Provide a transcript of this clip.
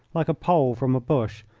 like a pole from a bush,